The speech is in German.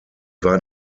war